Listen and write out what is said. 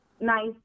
nice